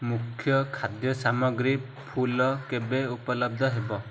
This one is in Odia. ମୁଖ୍ୟ ଖାଦ୍ୟ ସାମଗ୍ରୀ ଫୁଲ କେବେ ଉପଲବ୍ଧ ହେବ